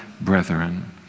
brethren